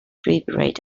vibrate